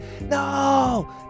No